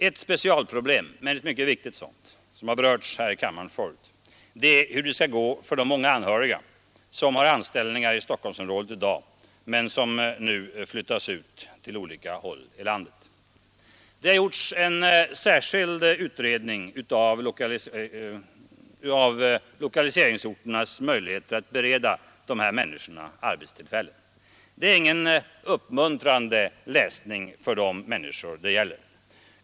Ett specialproblem — men ett mycket viktigt sådant, som har berörts här i kammaren förut — är hur det skall gå för de många anhöriga som har anställningar i Stockholmsområdet i dag men som nu flyttas ut till olika håll i landet. Det har gjorts en särskild utredning om lokaliseringsorternas möjligheter att bereda de här människorna arbetstillfällen. Det är ingen uppmuntrande läsning för de människor det gäller.